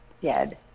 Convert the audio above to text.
dead